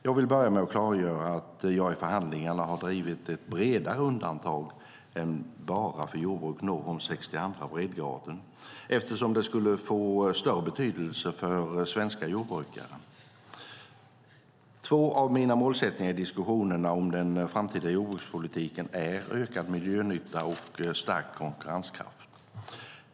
Jag vill börja med att klargöra att jag i förhandlingarna har drivit ett bredare undantag än bara för jordbruk norr om 62:a breddgraden, eftersom det skulle få större betydelse för svenska jordbrukare. Två av mina målsättningar i diskussionerna om den framtida jordbrukspolitiken är ökad miljönytta och stärkt konkurrenskraft.